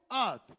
earth